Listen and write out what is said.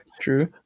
true